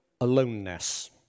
aloneness